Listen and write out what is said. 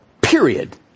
Period